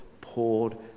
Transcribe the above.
poured